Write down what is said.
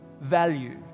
value